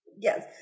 Yes